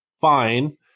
fine